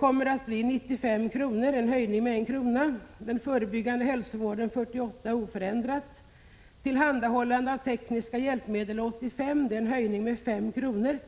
kommer att bli 95 kr., en höjning med 1 kr., och för den förebyggande hälsovården 48 kr., vilket är oförändrat. Ersättningen för tillhandahållande av tekniska hjälpmedel blir 85 kr., en höjning med 5 kr.